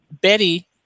Betty